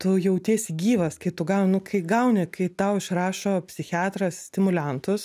tu jautiesi gyvas kai tu gaunu kai gauni kai tau išrašo psichiatras stimuliantus